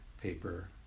paper